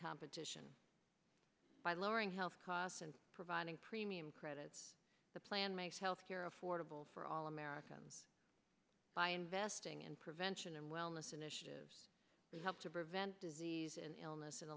competition by lowering health costs and providing premium crap that's the plan make health care affordable for all americans by investing in prevention and wellness initiatives that help to prevent disease and illness and